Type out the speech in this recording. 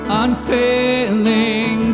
unfailing